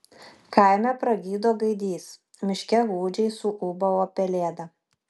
kaime pragydo gaidys miške gūdžiai suūbavo pelėda